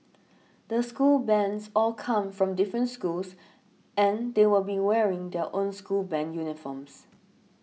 the school bands all come from different schools and they will be wearing their own school band uniforms